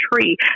tree